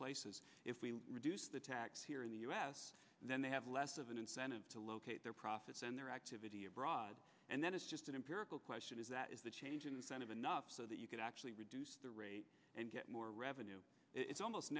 places if we reduce the tax here in the u s then they have less of an incentive to locate their profits and their activity abroad and then it's just an empirical question is that is the change incentive enough so that you can actually reduce the rate and get more revenue it's almost